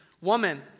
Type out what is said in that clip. woman